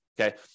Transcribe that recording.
Okay